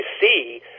see